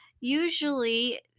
usually